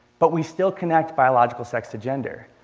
but we still connect biological sex to gender.